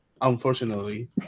Unfortunately